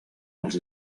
als